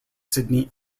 sydney